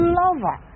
lover